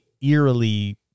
eerily